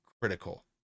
critical